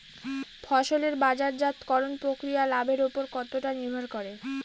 ফসলের বাজারজাত করণ প্রক্রিয়া লাভের উপর কতটা নির্ভর করে?